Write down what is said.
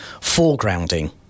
foregrounding